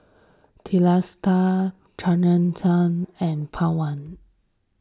Teesta Rasipuram and Pawan